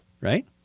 right